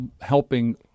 helping